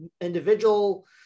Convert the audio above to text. individual